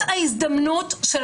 עוד אף אחד לא השמיץ.